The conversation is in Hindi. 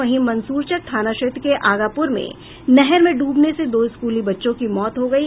वहीं मंसूरचक थाना क्षेत्र के आगापुर में नहर में डूबने से दो स्कूली बच्चों की मौत हो गयी